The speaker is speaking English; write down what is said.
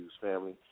family